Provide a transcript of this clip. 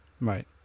Right